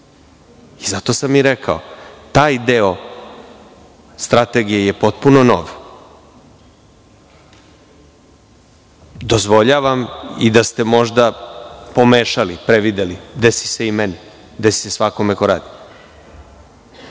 Zato sam i rekao – taj deo Strategije je potpuno nov. Dozvoljavam i da ste možda pomešali, prevideli, desi se i meni, desi se svakome ko radi.